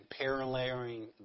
paralleling